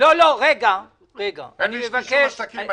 לא מכחיש את זה שבן דודי מחזיק באולמות שמחה,